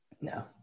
No